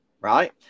right